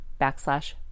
backslash